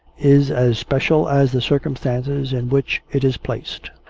is as special as the circumstances in which it is placed.